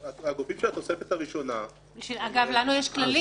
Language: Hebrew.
יכול להיות שכשמדובר בגופים הביטחוניים זה לא צריך להיות